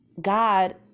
God